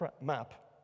map